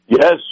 Yes